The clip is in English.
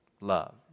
love